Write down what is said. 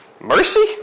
Mercy